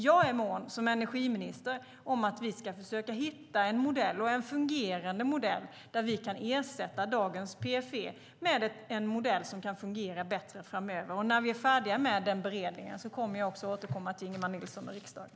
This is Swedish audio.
Jag är som energiminister mån om att vi ska försöka hitta en modell som kan ersätta dagens PFE och som kan fungera bättre framöver. När vi är färdiga med den beredningen kommer jag att återkomma till Ingemar Nilsson och riksdagen.